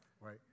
right